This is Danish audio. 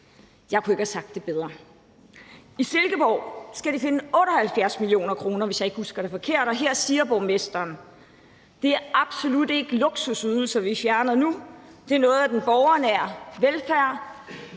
Jeg kunne ikke have sagt det bedre. I Silkeborg skal de finde 78 mio. kr., hvis jeg ikke husker det forkert, og her siger borgmesteren: »Det er absolut ikke luksusydelser, vi fjerner nu. Det bliver noget af den helt borgernære velfærd